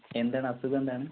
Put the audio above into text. എന്താണ് അസുഖം എന്താണ്